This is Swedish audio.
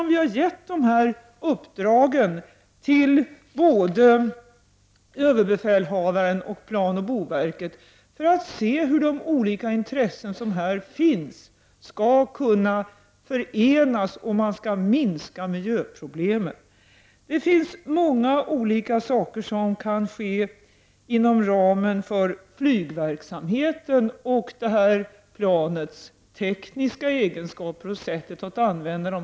Vi har gett både överbefälhavaren och planoch boverket dessa uppdrag för att vi skall få reda på hur de olika intressen som finns i detta sammanhang skall kunna förenas om vi skall kunna minska miljöproblemen. Det finns många olika saker som kan ske inom ramen för flygverksamheten och det här planets tekniska egenskaper och sättet att använda dem.